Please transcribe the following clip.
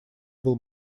был